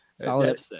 Solid